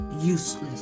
useless